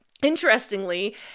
Interestingly